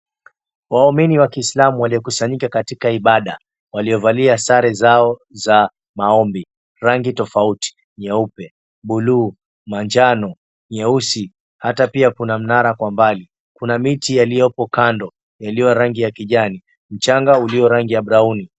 Waumini wa kiislamu waliokusanyika katika ibada. Waliovalia sare zao za maombi. Rangi tofauti, nyeupe, buluu, manjano, nyeusi, hata pia kuna mnara kwa mbali. Kuna miti yaliyopo kando yaliyo rangi ya kijani mchanga ulio rangi ya brauni .